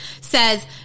says